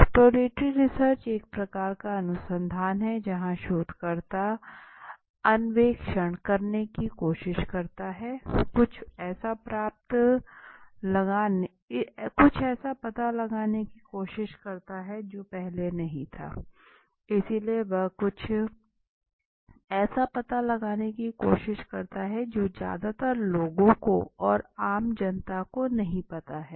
exploratory research एक प्रकार का अनुसंधान है जहां शोधकर्ता अन्वेषण करने की कोशिश करता है कुछ ऐसा पता लगाने की कोशिश करता है जो पहले नहीं था इसलिए वह कुछ ऐसा पता लगाने की कोशिश करता है जो ज्यादातर लोगों को और आम जनता को नहीं पता हो